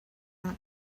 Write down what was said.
not